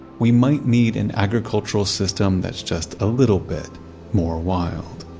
we might need an agricultural system that's just a little bit more wild